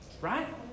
right